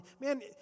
man